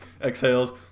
Exhales